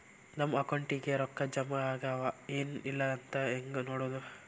ನಮ್ಮ ಅಕೌಂಟಿಗೆ ರೊಕ್ಕ ಜಮಾ ಆಗ್ಯಾವ ಏನ್ ಇಲ್ಲ ಅಂತ ಹೆಂಗ್ ನೋಡೋದು?